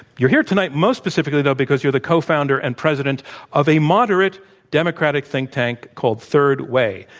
you're here tonight most specifically, though, because you're the cofounder and president of a moderate democratic think tank called third way.